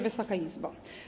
Wysoka Izbo!